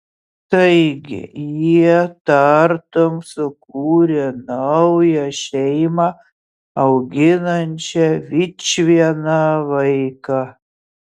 taigi jie tartum sukūrė naują šeimą auginančią vičvieną vaiką